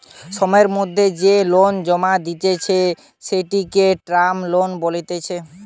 সময়ের মধ্যে যে লোন জমা দিতেছে, সেটিকে টার্ম লোন বলতিছে